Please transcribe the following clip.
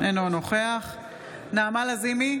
אינו נוכח נעמה לזימי,